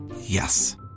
Yes